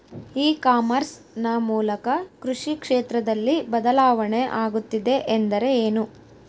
E commerce ನ ಮೂಲಕ ಕೃಷಿ ಕ್ಷೇತ್ರದಲ್ಲಿ ಬದಲಾವಣೆ ಆಗುತ್ತಿದೆ ಎಂದರೆ ಏನು?